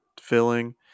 filling